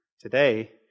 today